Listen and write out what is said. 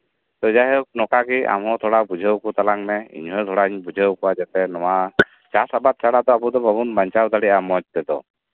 ᱡᱟᱭ ᱦᱳᱜ ᱱᱚᱝᱠᱟᱜᱮ ᱟᱢᱦᱚᱸ ᱛᱷᱚᱲᱟ ᱵᱩᱡᱷᱟᱹᱣ ᱠᱚ ᱛᱟᱞᱟᱝ ᱢᱮ ᱤᱧ ᱛᱷᱚᱲᱟᱧ ᱵᱩᱡᱷᱟᱹᱣ ᱠᱚᱣᱟ ᱡᱟᱛᱮ ᱱᱚᱶᱟ ᱪᱟᱥ ᱟᱵᱟᱥ ᱪᱷᱟᱲᱟ ᱫᱚ ᱟᱵᱚ ᱫᱚ ᱵᱟᱵᱚᱱ ᱵᱟᱧᱪᱟᱣ ᱫᱟᱲᱮᱭᱟᱜᱼᱟ ᱢᱚᱸᱡᱽ ᱛᱮᱫᱚ